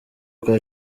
bwa